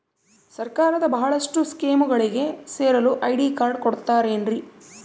ಸರ್ಕಾರದ ಬಹಳಷ್ಟು ಸ್ಕೇಮುಗಳಿಗೆ ಸೇರಲು ಐ.ಡಿ ಕಾರ್ಡ್ ಕೊಡುತ್ತಾರೇನ್ರಿ?